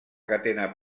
catena